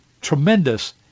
tremendous